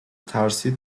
ترسید